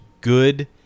good